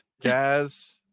Gaz